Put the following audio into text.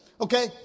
okay